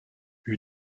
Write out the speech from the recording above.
eut